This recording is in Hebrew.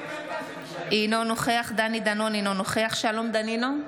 אינו נוכח דני דנון, אינו נוכח שלום דנינו,